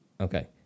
Okay